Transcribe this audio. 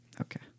Okay